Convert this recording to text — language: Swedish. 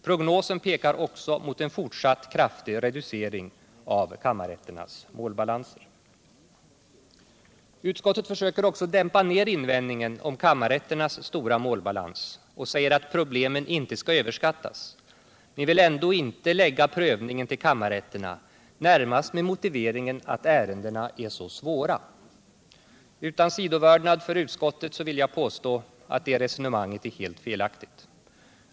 Prognosen pekar också mot en fortsatt kraftig reducering av kammarrätternas målbalanser. Utskottet försöker dämpa ner invändningen om kammarrätternas stora målbalans och säger att problemen inte skall överskattas men vill ändå inte lägga prövningen till kammarrätterna, närmast med motiveringen att ärendena är så svåra. Utan sidovördnad för utskottet vill jag påstå att det resonemanget är helt felaktigt.